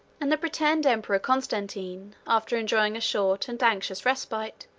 and the pretended emperor constantine, after enjoying a short and anxious respite,